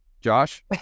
Josh